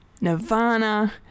Nirvana